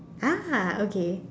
ah okay